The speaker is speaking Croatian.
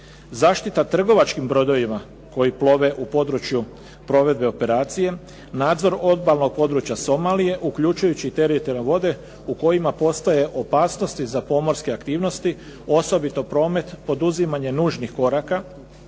zaštita trgovačkim brodovima koji plove u području provedbe operacije, nadzor obalnog područja Somalije uključujući i teritorijalne vode u kojima postoje opasnosti za pomorske aktivnosti osobito promet, poduzimanje nužnih koraka,